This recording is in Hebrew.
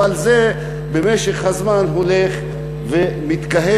אבל זה במשך הזמן הולך ומתקהה,